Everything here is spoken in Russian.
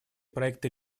проекта